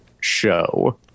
show